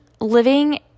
living